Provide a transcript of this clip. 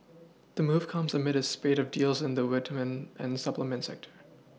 the move comes amid a spate of deals in the vitamin and supplement sector